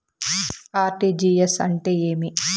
RTGS అంటే ఏమి